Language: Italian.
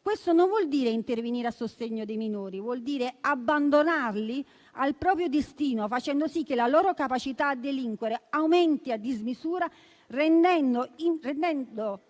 Questo non vuol dire intervenire a sostegno dei minori, vuol dire abbandonarli al proprio destino, facendo sì che la loro capacità di delinquere aumenti a dismisura, precludendo